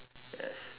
yes